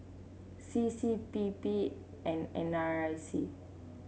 C C P P and N R I C